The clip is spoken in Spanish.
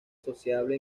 sociable